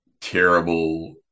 terrible